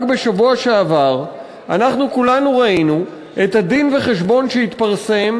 רק בשבוע שעבר כולנו ראינו את הדין-וחשבון שהתפרסם